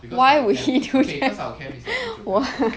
why would he do that why